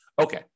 Okay